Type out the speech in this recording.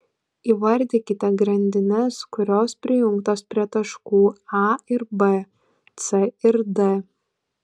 įvardykite grandines kurios prijungtos prie taškų a ir b c ir d